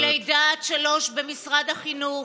מלידה עד שלוש במשרד החינוך.